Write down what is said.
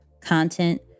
content